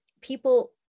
people